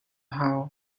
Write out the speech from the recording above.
hau